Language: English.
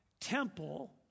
temple